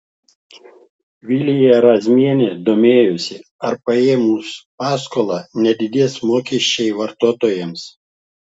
vilija razmienė domėjosi ar paėmus paskolą nedidės mokesčiai vartotojams